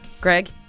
Greg